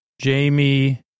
Jamie